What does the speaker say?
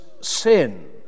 sin